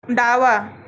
डावा